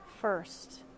first